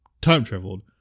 time-traveled